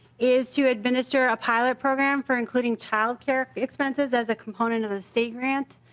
is to administer a pilot program for including child care expenses as a component of the state grant.